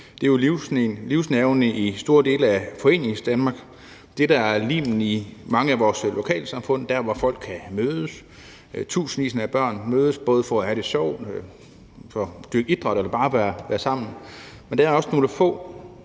Det er jo livsnerven i store dele af Foreningsdanmark. Det er det, der er limen i mange af vores lokalsamfund, der, hvor folk kan mødes. Tusindvis af børn mødes både for at have det sjovt og for at dyrke idræt eller for bare at være sammen. Men der er også nogle få,